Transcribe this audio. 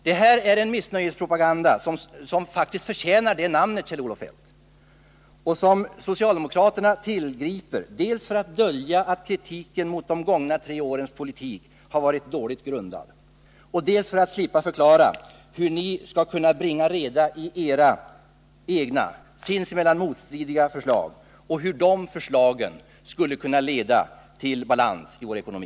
Det här är en missnöjespropaganda som faktiskt förtjänar det namnet, Kjell-Olof Feldt, och som socialdemokraterna tillgriper dels för att dölja att kritiken mot de gångna tre årens politik har varit dåligt grundad, dels för att slippa förklara hur ni skall kunna bringa reda i era egna sinsemellan motstridiga förslag och hur de förslagen skulle kunna leda till balans i vår ekonomi.